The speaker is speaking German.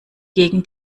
gegen